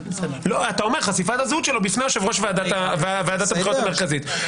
את אומר: חשיפת הזהות שלו בפני יושב-ראש ועדת הבחירות המרכזית.